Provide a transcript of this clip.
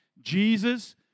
Jesus